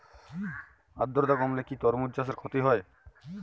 আদ্রর্তা কমলে কি তরমুজ চাষে ক্ষতি হয়?